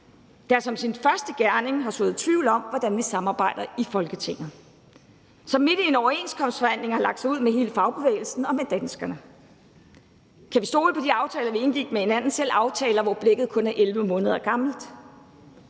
og som sin første gerning har sået tvivl om, hvordan vi samarbejder i Folketinget, og som midt i en overenskomstforhandling har lagt sig ud med hele fagbevægelsen og med danskerne. Kl. 11:56 Kan vi stole på de aftaler, vi har indgået med hinanden – også aftaler, som kun er 11 måneder gamle,